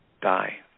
die